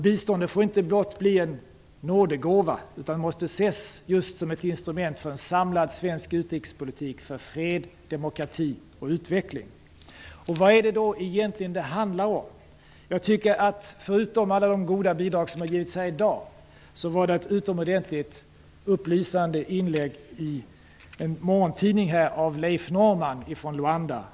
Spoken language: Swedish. Biståndet får inte blott bli en nådegåva utan måste ses just som ett instrument för en samlad svensk utrikespolitik för fred, demokrati och utveckling. Vad handlar det då egentligen om? Förutom alla goda bidrag som givits här i dag vill jag peka på ett utomordentligt upplysande inlägg av Leif Norrman från Luanda i en morgontidning.